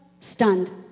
stunned